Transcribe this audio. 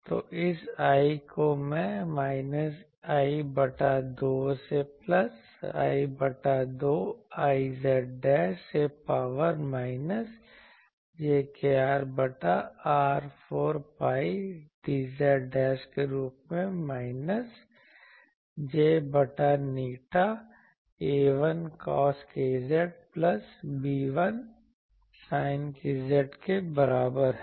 तो इस I को मैं माइनस I बटा 2 से प्लस I बटा 2 Iz e से पावर माइनस j kR बटा R 4 pi dz के रूप में माइनस j बटा η A1 cos kz plus B1 sin kz के बराबर है